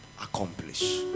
accomplish